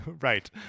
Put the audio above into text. Right